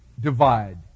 divide